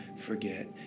forget